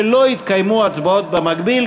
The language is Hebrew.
הוא שלא יתקיימו הצבעות במקביל,